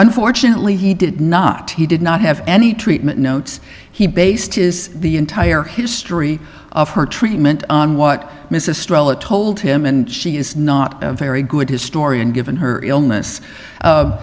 unfortunately he did not he did not have any treatment notes he based his the entire history of her treatment on what mrs strella told him and she is not a very good historian given her illness